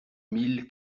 mille